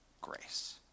grace